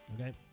okay